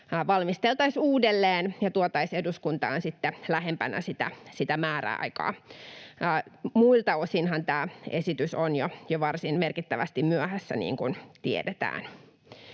valmisteltaisiin uudelleen ja tuotaisiin eduskuntaan sitten lähempänä sitä määräaikaa. Muilta osinhan tämä esitys on jo varsin merkittävästi myöhässä, niin kuin tiedetään.